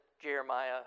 Jeremiah